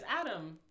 Adam